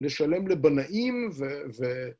נשלם לבנאים ו.. ו..